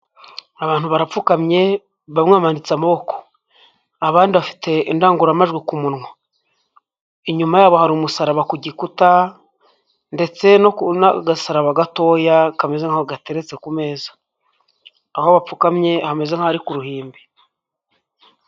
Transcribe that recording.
Abantu barapfukamye bamwe bamanitse amaboko abandi bafite indangururamajwi ku munwa. Inyuma yabo hari umusaraba ku gikuta ndetse n'agasaraba gatoya kameze nk'agateretse ku meza. Aho bapfukamye hameze nkaho ari ku ruhimbi.